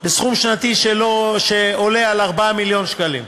בסכום שנתי שלא עולה על 4 מיליון שקלים,